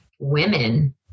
women